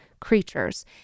creatures